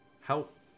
help